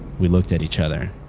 we looked at each other.